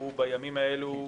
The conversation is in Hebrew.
הוא בימים האלה,